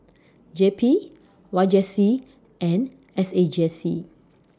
J P Y J C and S A J C